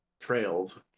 trails